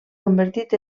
convertit